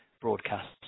broadcasts